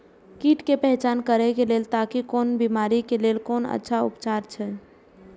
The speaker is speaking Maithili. कीट के पहचान करे के लेल ताकि कोन बिमारी के लेल कोन अच्छा उपचार अछि?